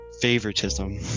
favoritism